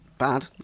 Bad